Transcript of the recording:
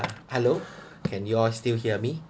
hello can you all still hear me